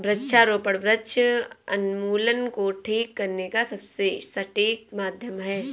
वृक्षारोपण वृक्ष उन्मूलन को ठीक करने का सबसे सटीक माध्यम है